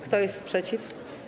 Kto jest przeciw?